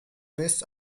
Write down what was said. west